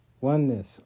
Oneness